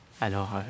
Alors